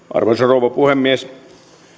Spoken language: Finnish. arvoisa rouva puhemies